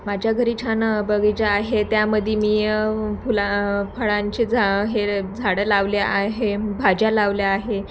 माझ्या घरी छान बगीचा आहे त्यामध्ये मी फुला फळांचे झा हेर झाडं लावले आहे भाज्या लावल्या आहे